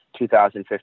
2015